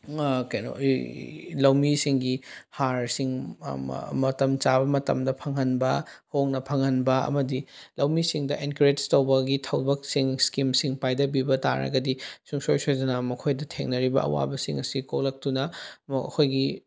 ꯀꯩꯅꯣ ꯂꯧꯃꯤꯁꯤꯡꯒꯤ ꯍꯥꯔꯁꯤꯡ ꯃꯇꯝ ꯆꯥꯕ ꯃꯇꯝꯗ ꯐꯪꯍꯟꯕ ꯍꯣꯡꯅ ꯐꯪꯍꯟꯕ ꯑꯃꯗꯤ ꯂꯧꯃꯤꯁꯤꯡꯗ ꯑꯦꯟꯀꯔꯦꯁ ꯇꯧꯕꯒꯤ ꯊꯕꯛꯁꯤꯡ ꯁ꯭ꯀꯤꯝꯁꯤꯡ ꯄꯥꯏꯊꯕꯤꯕ ꯇꯥꯔꯒꯗꯤ ꯁꯨꯡꯁꯣꯏ ꯁꯣꯏꯗꯅ ꯃꯈꯣꯏꯗ ꯊꯦꯡꯅꯔꯤꯕ ꯑꯋꯥꯕꯁꯤꯡ ꯑꯁꯤ ꯀꯣꯛꯂꯛꯇꯨꯅ ꯃꯈꯣꯏꯒꯤ